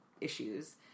issues